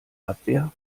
abwehr